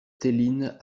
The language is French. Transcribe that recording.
theline